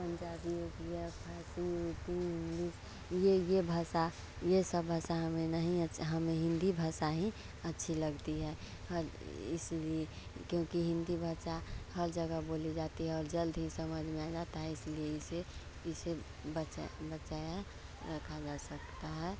Punjabi Odia Farsi Urdu English ये ये भाषा ये सब भाषा हमें नहीं अच्छी हमें हिन्दी भाषा ही अच्छी लगती है हर इसलिए क्योंकि हिन्दी भाषा हर जगह बोली जाती है और जल्द ही समझ में आ जाती है इसलिए इसे इसे बचा बचाया रखा जा सकता है